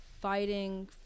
Fighting